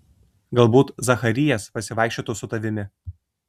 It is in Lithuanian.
galbūt zacharijas pasivaikščiotų su tavimi